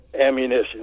ammunition